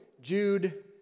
Jude